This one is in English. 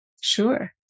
sure